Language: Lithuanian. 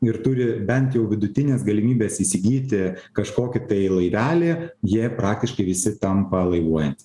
ir turi bent jau vidutines galimybes įsigyti kažkokį tai laivelį jie praktiškai visi tampa laivuojantys